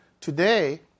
Today